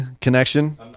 connection